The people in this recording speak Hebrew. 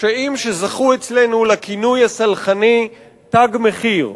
פשעים שזכו אצלנו לכינוי הסלחני "תג מחיר".